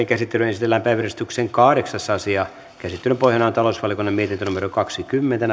käsittelyyn esitellään päiväjärjestyksen kahdeksas asia käsittelyn pohjana on talousvaliokunnan mietintö kaksikymmentä